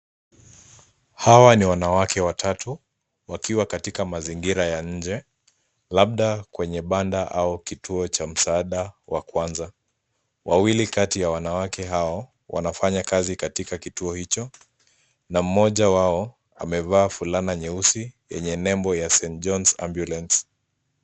Hawa ni wanawake watatu wakiwa katika mazingira ya nje, labda kwenye banda au kituo cha msaada wa kwanza. Wawili kati ya wanawake hao wanafanya kazi katika kituo hicho na mmoja wao amevaa fulana nyeusi yenye nembo ya Saint John Ambulance.